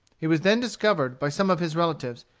he was then discovered by some of his relatives,